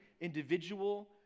individual